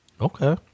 Okay